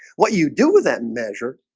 what you do with that measure